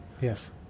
Yes